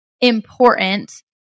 important